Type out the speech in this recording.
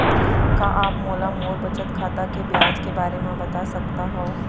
का आप मोला मोर बचत खाता के ब्याज के बारे म बता सकता हव?